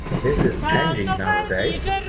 this is changing nowadays